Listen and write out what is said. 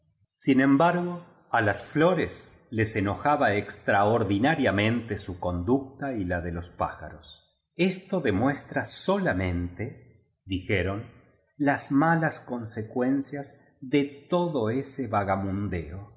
sin embargo á las flores les enojaba extraordinariamente su conducta y la de los pájaros esto demuestra solamente dijeronlas malas consecuencias de todo ese vagamundeo